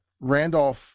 Randolph